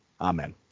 Amen